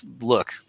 look